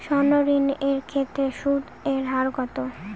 সর্ণ ঋণ এর ক্ষেত্রে সুদ এর হার কত?